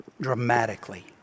dramatically